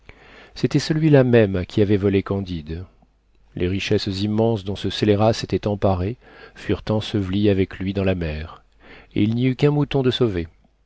c'était celui-là même qui avait volé candide les richesses immenses dont ce scélérat s'était emparé furent ensevelies avec lui dans la mer et il n'y eut qu'un mouton de sauvé